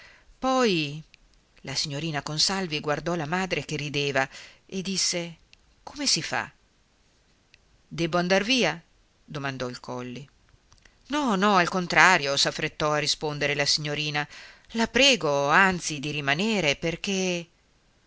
poi la signorina consalvi guardò la madre che rideva e disse come si fa debbo andar via domandò il colli no no al contrario s'affrettò a rispondere la signorina la prego anzi di rimanere perché